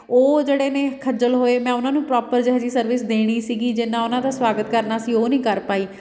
ਉਹ ਜਿਹੜੇ ਨੇ ਖੱਜਲ ਹੋਏ ਮੈਂ ਉਹਨਾਂ ਨੂੰ ਪ੍ਰੋਪਰ ਜਿਹੋ ਜਿਹੀ ਸਰਵਿਸ ਦੇਣੀ ਸੀਗੀ ਜਿੰਨਾ ਉਹਨਾਂ ਦਾ ਸਵਾਗਤ ਕਰਨਾ ਸੀ ਉਹ ਨਹੀਂ ਕਰ ਪਾਈ